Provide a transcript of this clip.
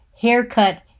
haircut